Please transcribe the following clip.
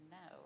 no